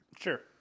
Sure